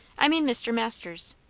i mean mr. masters.